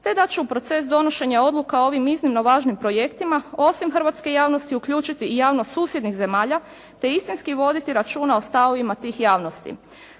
te da će u proces donošenja odluka ovim iznimno važnim projektima osim hrvatske javnosti uključiti i javnost susjednih zemalja te istinski voditi računa o stavovima tih javnosti.